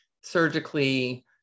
surgically